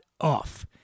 off